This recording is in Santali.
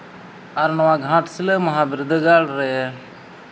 ᱟᱨ ᱱᱚᱣᱟ ᱜᱷᱟᱴᱥᱤᱞᱟᱹ ᱢᱚᱦᱟ ᱵᱤᱨᱫᱟᱹᱜᱟᱲ ᱨᱮ